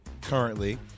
currently